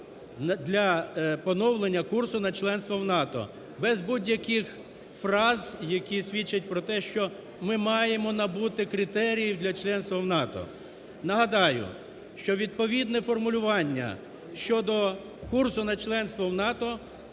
для поновлення курсу на членство в НАТО без будь-яких фраз, які свідчать про те, що ми маємо набути критеріїв для членства в НАТО. Нагадаю, що відповідне формулювання щодо курсу на членство в НАТО